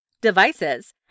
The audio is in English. devices